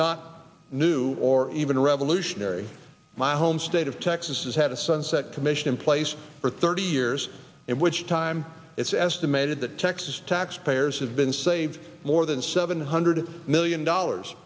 not new or even revolutionary my home state of texas has had a sunset commission in place for thirty years in which time it's estimated that texas taxpayers have been saved more than seven hundred million dollars